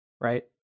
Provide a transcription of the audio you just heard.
Right